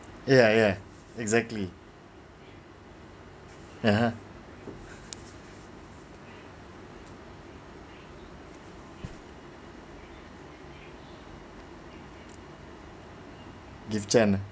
yeah yeah exactly (uh huh) give chance ah